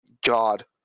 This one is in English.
god